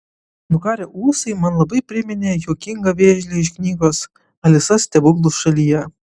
nukarę ūsai man labai priminė juokingą vėžlį iš knygos alisa stebuklų šalyje